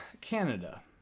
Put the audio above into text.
Canada